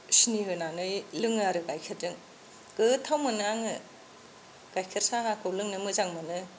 सिनि होनानै लोङो आरो गाइखेरजों गोथाव मोनो आङो गाइखेर साहाखौ लोंनो मोजां मोनो